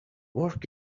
working